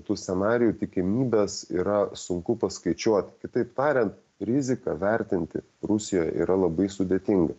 tų scenarijų tikimybes yra sunku paskaičiuot kitaip tariant riziką vertinti rusijoj yra labai sudėtinga